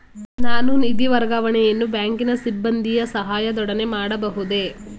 ನಾನು ನಿಧಿ ವರ್ಗಾವಣೆಯನ್ನು ಬ್ಯಾಂಕಿನ ಸಿಬ್ಬಂದಿಯ ಸಹಾಯದೊಡನೆ ಮಾಡಬಹುದೇ?